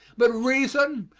but reason,